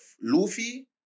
Luffy